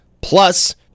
plus